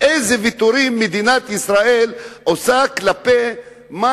אילו ויתורים מדינת ישראל עושה כלפי מה